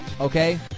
Okay